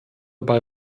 bei